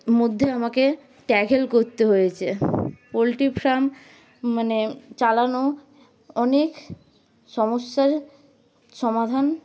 মধ্যে আমাকে ট্যাকেল করতে হয়েছে পোলট্রি ফার্ম মানে চালানো অনেক সমস্যার সমাধান